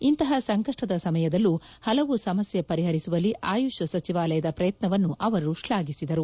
ಇಂತಹ ಸಂಕಷ್ವದ ಸಮಯದಲ್ಲೂ ಹಲವು ಸಮಸ್ಯೆ ಪರಿಹರಿಸುವಲ್ಲಿ ಆಯುಷ್ ಸಚಿವಾಲಯದ ಪ್ರಯತ್ನವನ್ನು ಅವರು ಶ್ಲಾಘಿಸಿದರು